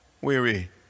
Weary